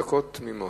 עשר דקות תמימות.